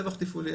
רווח תפעולי,